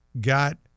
got